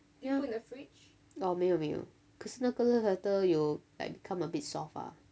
ya oh 没有没有可是那个 love letter 有 like become a bit soft ah